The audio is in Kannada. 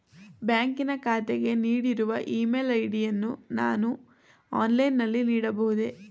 ಬ್ಯಾಂಕಿನ ಖಾತೆಗೆ ನೀಡಿರುವ ಇ ಮೇಲ್ ಐ.ಡಿ ಯನ್ನು ನಾನು ಆನ್ಲೈನ್ ನಲ್ಲಿ ನೀಡಬಹುದೇ?